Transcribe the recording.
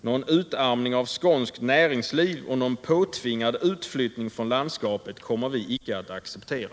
Någon utarmning av skånskt näringsliv och någon påtvingad utflyttning från landskapet kommer vi inte att acceptera.